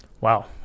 Wow